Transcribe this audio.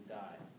die